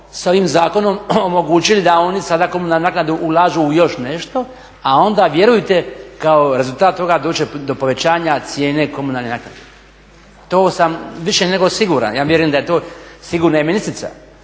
s ovim zakonom omogućili da oni sada komunalnu naknadu ulažu u još nešto. A onda vjerujte kao rezultat toga doći će do povećanja cijene komunalne naknade. To sam više nego siguran. Ja vjerujem da je to sigurna i ministrica.